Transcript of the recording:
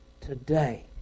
Today